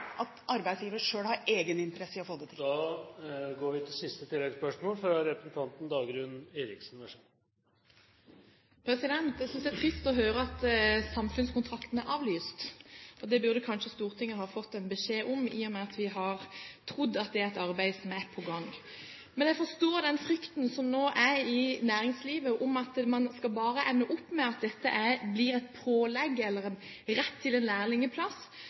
at arbeidsgiver selv har egeninteresse i å få det til. Dagrun Eriksen – til oppfølgingsspørsmål. Jeg synes det er trist å høre at samfunnskontrakten er avlyst. Det burde kanskje Stortinget ha fått beskjed om, i og med at vi har trodd at det er et arbeid som er på gang. Men jeg forstår den frykten som nå er i næringslivet om at man bare skal ende opp med at dette blir et pålegg, eller en rett til en lærlingplass,